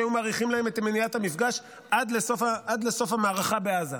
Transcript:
שהיו מאריכים להם את מניעת המפגש עד לסוף המערכה בעזה.